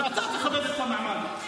שאתה תכבד את המעמד.